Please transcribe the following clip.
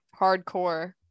hardcore